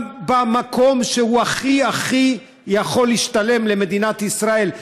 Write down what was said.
במקום שהוא הכי הכי יכול להשתלם למדינת ישראל,